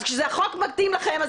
אז כשהחוק מתאים לכם,